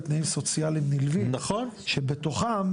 לתנאים סוציאליים נלווים שבתוכם,